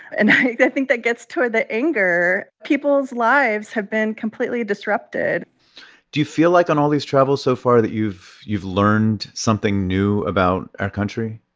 and i think that gets toward the anger. people's lives have been completely disrupted do you feel like on all these travels so far that you've you've learned something new about our country?